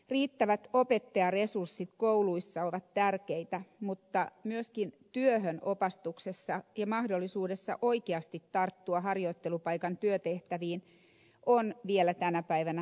riittävät opettajaresurssit kouluissa ovat tärkeitä mutta myöskin työhön opastuksessa ja mahdollisuudessa oikeasti tarttua harjoittelupaikan työtehtäviin on vielä tänä päivänä tehostamisen varaa